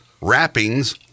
wrappings